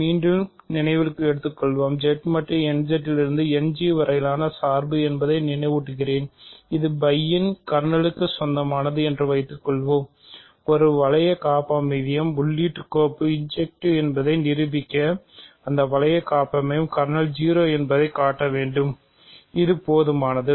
மீண்டும் நினைவில் வைத்துக்கொள்வோம் Z மட்டு nZ லிருந்து End என்பதை நிரூபிக்க அந்த வளைய காப்பமைவியத்தின் கர்னல் 0 என்பதைக் காட்டவேண்டும் இது போதுமானது